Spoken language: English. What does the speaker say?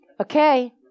Okay